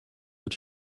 that